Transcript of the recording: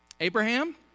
Abraham